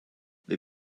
they